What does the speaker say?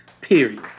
Period